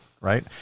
right